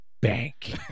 bank